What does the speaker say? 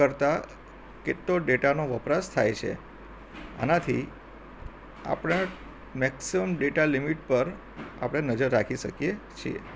કરતાં કેટલો ડેટાનો વપરાશ થાય છે આનાથી આપણાં મેક્સિમમ ડેટા લિમિટ પર આપણે નજર રાખી શકીએ છીએ